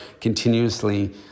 continuously